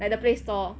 like the play store